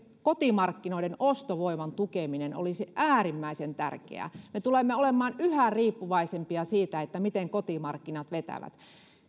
kotimarkkinoiden ostovoiman tukeminen olisi äärimmäisen tärkeää me tulemme olemaan yhä riippuvaisempia siitä miten kotimarkkinat vetävät